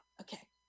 Okay